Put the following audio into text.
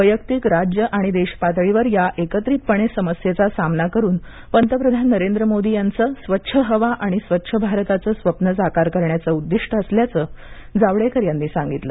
वैयक्तिक राज्य आणि देश पातळीवर या एकत्रितपणे समस्येचा सामना करून पंतप्रधान नरेंद्र मोदी यांचं स्वच्छ हवा आणि स्वच्छ भारताचं स्वप्न साकार करण्याचं उद्दिष्ट असल्याचं जावडेकर यांनी सांगितलं